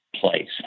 place